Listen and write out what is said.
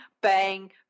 bang